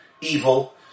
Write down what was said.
evil